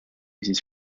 uses